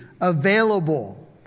available